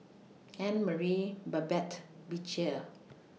Annmarie Babette and Beecher